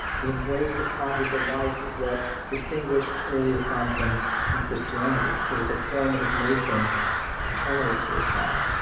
the embrace of conjugal life is what distinguished early islam from from christianity. so, it's a formative notion internally to islam.